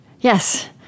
Yes